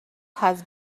has